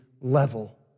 level